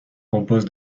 compose